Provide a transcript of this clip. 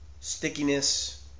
stickiness